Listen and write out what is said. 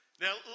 Now